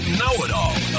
know-it-all